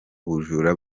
ubujura